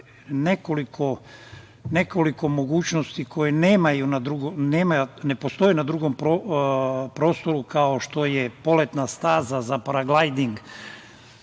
nekoliko mogućnosti koje ne postoje na drugom prostoru, kao što je Poletna staza za paraglajding.